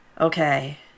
Okay